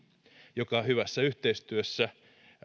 joka hyvässä yhteistyössä